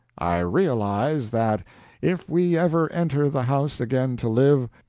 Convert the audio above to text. i realize that if we ever enter the house again to live,